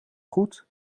goed